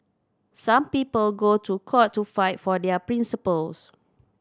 some people go to court to fight for their principles